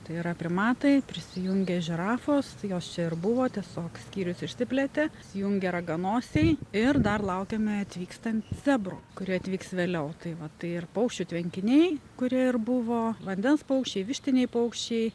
tai yra primatai prisijungė žirafos jos čia ir buvo tiesiog skyrius išsiplėtė įsijungė raganosiai ir dar laukiame atvykstant zebrų kurie atvyks vėliau tai va tai ir paukščių tvenkiniai kurie ir buvo vandens paukščiai vištiniai paukščiai